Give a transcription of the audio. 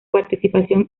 participación